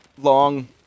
long